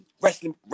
Wrestling